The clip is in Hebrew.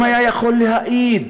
אם היה יכול להעיד,